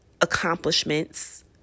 accomplishments